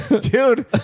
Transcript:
Dude